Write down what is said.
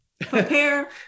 prepare